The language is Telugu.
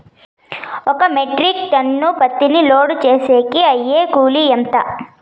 ఒక మెట్రిక్ టన్ను పత్తిని లోడు వేసేకి అయ్యే కూలి ఎంత?